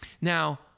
Now